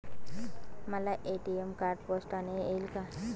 मला ATM card पोस्टाने येईल का?